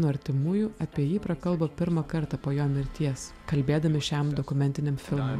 artimųjų apie jį prakalbo pirmą kartą po jo mirties kalbėdami šiam dokumentiniam filmui